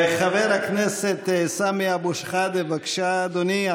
חבר הכנסת סמי אבו שחאדה, בבקשה, אדוני.